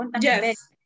yes